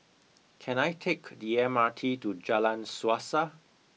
can I take the M R T to Jalan Suasa